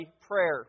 prayer